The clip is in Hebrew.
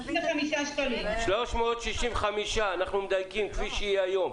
נדייק: 365 שקלים כפי שהיא היום.